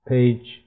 Page